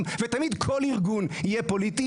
שאתם הולכים להרכיב את הממשלה הבאה,